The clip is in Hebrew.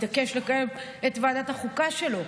התעקש לקיים את ועדת החוקה שלו,